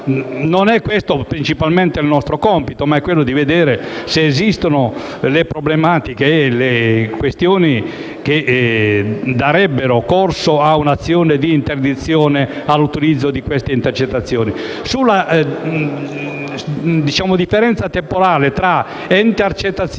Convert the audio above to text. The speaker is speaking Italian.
non è questo principalmente il nostro compito. Il nostro compito è rilevare se esistono le problematiche e le questioni che darebbero corso a un'azione di interdizione all'utilizzo delle intercettazioni.